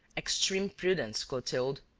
extreme prudence, clotilde.